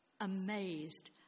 Amazed